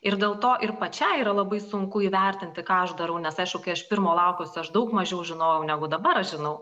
ir dėl to ir pačiai yra labai sunku įvertinti ką aš darau nes aišku kai aš pirmo laukiausi aš daug mažiau žinojau negu dabar aš žinau